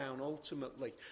ultimately